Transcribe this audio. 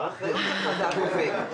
האחריות שלך היא החופים.